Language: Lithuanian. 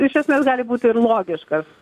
iš esmės gali būti ir logiškas